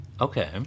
Okay